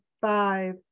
five